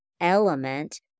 element